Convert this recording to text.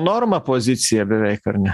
norma pozicija beveik ar ne